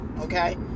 okay